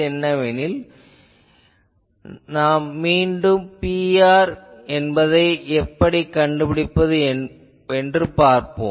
எனவே நாம் மீண்டும் Pr என்பதை எப்படிக் கண்டுபிடிப்பது என்று பார்ப்போம்